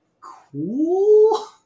cool